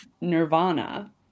Nirvana